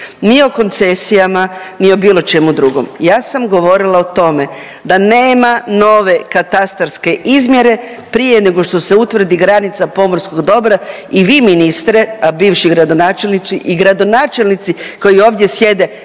ni o koncesijama, ni o bilo čemu drugom. Ja sam govorila o tome da nema nove katastarske izmjere prije nego što se utvrdi granica pomorskog dobra i vi ministre, a bivši gradonačelnici i gradonačelnici koji ovdje sjede